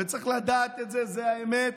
וצריך לדעת את זה, זאת האמת,